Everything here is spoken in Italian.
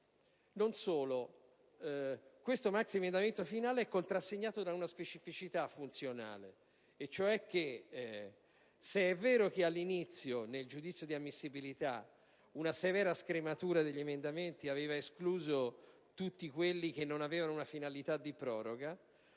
Non solo: questo maxiemendamento finale è contrassegnato da una specificità funzionale. Infatti, se è vero che all'inizio, nel giudizio di ammissibilità, una severa scrematura degli emendamenti aveva escluso tutti quelli che non avevano una finalità di proroga,